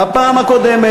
בפעם הקודמת,